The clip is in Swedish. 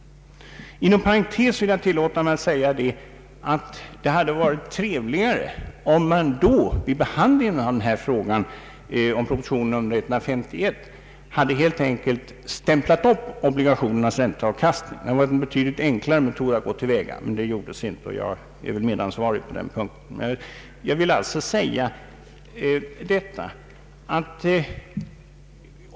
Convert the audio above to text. Inom parentes vill jag tillåta mig att säga att det varit trevligare om man vid behandlingen av denna fråga i anledning av proposition nr 151 helt enkelt hade stämplat upp obligationernas ränteavkastning. Det hade varit en betydligt enklare metod, men den tillgreps inte, och jag är väl medansvarig på den punkten.